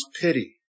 pity